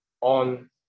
on